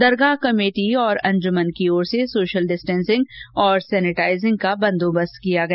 दरगाह committee और अंजुमन की ओर से सोशल डिस्टेंसिंग और सैनिटाइजिंग का बंदोबस्त किया गया